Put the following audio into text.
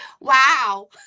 Wow